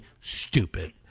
stupid